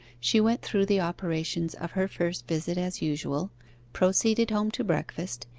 she went through the operations of her first visit as usual proceeded home to breakfast,